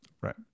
Right